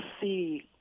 see